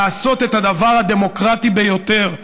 לעשות את הדבר הדמוקרטי ביותר,